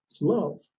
love